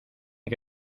que